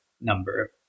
number